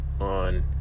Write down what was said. on